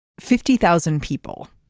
fifty thousand people.